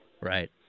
Right